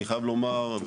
אני חייב לומר,